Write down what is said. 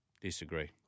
Disagree